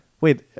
wait